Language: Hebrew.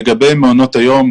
לגבי מעונות היום,